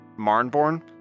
Marnborn